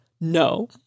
no